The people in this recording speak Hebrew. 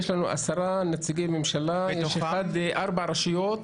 יש לנו עשרה נציגי ממשלה, ארבע רשויות.